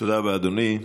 תודה רבה, אדוני.